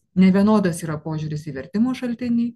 nevienodas yra požiūris į vertimo šaltinį